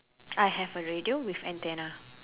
I have a radio with antenna